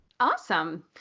Awesome